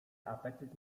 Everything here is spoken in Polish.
apetyt